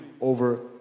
over